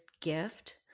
gift